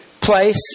place